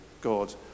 God